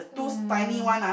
um